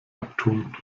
abtun